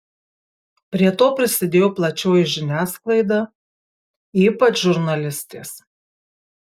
prie to prisidėjo plačioji žiniasklaida ypač žurnalistės